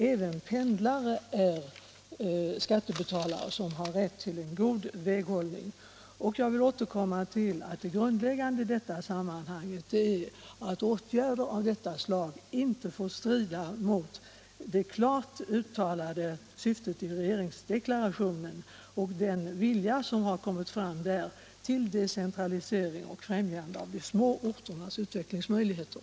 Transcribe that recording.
Även pendlare är skattebetalare som har rätt till en god väghållning. Jag vill återkomma till att det grundläggande i detta sammanhang är att åtgärder av det här slaget inte får strida mot det klart uttalade syftet i regeringsdeklarationen och den vilja, som där har kommit fram, till decentralisering och till främjande av de små orternas utvecklingsmöjligheter.